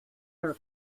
her